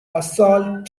assault